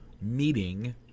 meeting